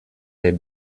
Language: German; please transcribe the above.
der